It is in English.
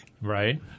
Right